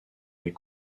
les